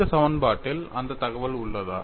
இந்த சமன்பாட்டில் அந்த தகவல் உள்ளதா